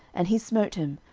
and he smote him,